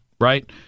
right